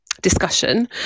discussion